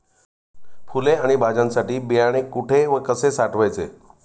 फुले आणि भाज्यांसाठी बियाणे कुठे व कसे साठवायचे?